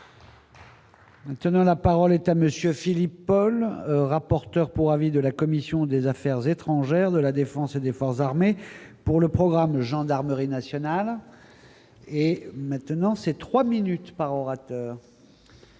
Maintenant, la parole est à monsieur Philippe Paul, rapporteur pour avis de la commission des Affaires étrangères de la Défense et des forces armées pour le programme de gendarmerie nationale et maintenant c'est 3 minutes par orateur.